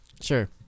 Sure